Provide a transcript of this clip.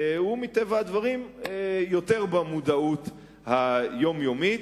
הם מטבע הדברים יותר במודעות היומיומית.